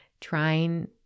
trying